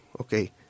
okay